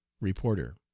Reporter